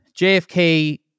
JFK